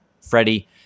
Freddie